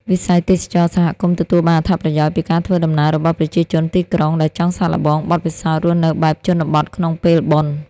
វិស័យទេសចរណ៍សហគមន៍ទទួលបានអត្ថប្រយោជន៍ពីការធ្វើដំណើររបស់ប្រជាជនទីក្រុង ដែលចង់សាកល្បងបទពិសោធន៍រស់នៅបែបជនបទក្នុងពេលបុណ្យ។